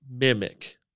mimic